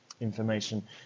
Information